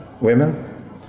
women